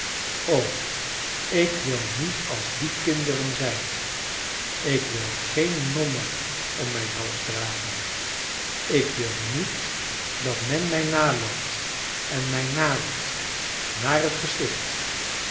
o ik wil niet als die kinderen zijn ik wil geen nommer om mijn hals dragen ik wil niet dat men mij naloopt en mij naroept naar het gesticht